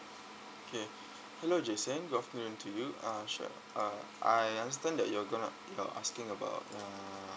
okay hello jason good afternoon to you uh sure uh I understand that you're gonna you're asking about uh